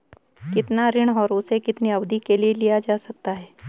कितना ऋण और उसे कितनी अवधि के लिए लिया जा सकता है?